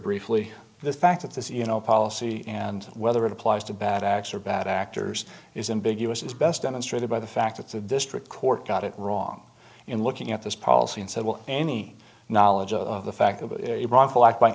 briefly the fact that this you know policy and whether it applies to bad acts or bad actors is in big us is best demonstrated by the fact that the district court got it wrong in looking at this policy and said well any knowledge of the fact of a wrongful act by